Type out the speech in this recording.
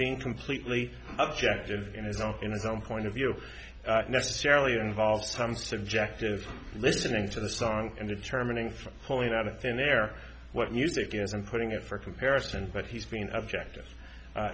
being completely objective in his own in his own point of view necessarily involves some subjective listening to the song and determining from pulling out of thin air what music is and putting it for comparison but he's being objective